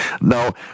Now